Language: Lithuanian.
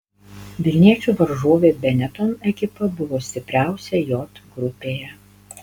vilniečių varžovė benetton ekipa buvo stipriausia j grupėje